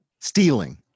Stealing